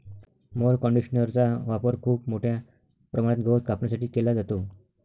mower कंडिशनरचा वापर खूप मोठ्या प्रमाणात गवत कापण्यासाठी केला जातो